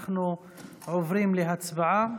אנחנו עוברים להצבעה.